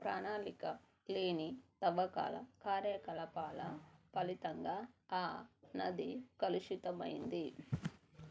ప్రణాళికలేని తవ్వకాల కార్యకలాపాల ఫలితంగా ఆ నది కలుషితమైంది